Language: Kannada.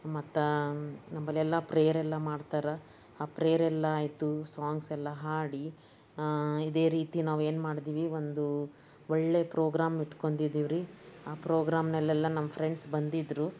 ಮತ್ತ ನಮ್ಮಲ್ಲೆಲ್ಲ ಪ್ರೇಯರ್ ಎಲ್ಲ ಮಾಡ್ತಾರೆ ಆ ಪ್ರೇಯರ್ ಎಲ್ಲ ಆಯಿತು ಸಾಂಗ್ಸ್ ಎಲ್ಲ ಹಾಡಿ ಇದೇ ರೀತಿ ನಾವೇನು ಮಾಡಿದ್ವಿ ಒಂದು ಒಳ್ಳೆ ಪ್ರೋಗ್ರಾಮ್ ಇಟ್ಕೊಂಡಿದ್ದೀವಿ ರೀ ಆ ಪ್ರೋಗ್ರಾಮ್ನಲ್ಲೆಲ್ಲ ನಮ್ಮ ಫ್ರೆಂಡ್ಸ್ ಬಂದಿದ್ದರು